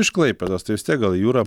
iš klaipėdos tai vis tiek gal jūra